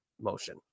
motion